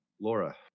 Laura